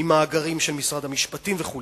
ממאגרים של משרד המשפטים וכו'.